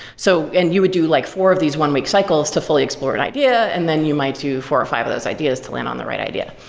so and you would do like four of these one-week cycles to fully explore an idea and then you might do four or five of those ideas to land on the right idea.